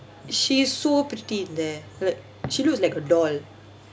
she's so pretty in there like she looks like a doll